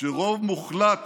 שרוב מוחלט